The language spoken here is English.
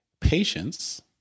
patience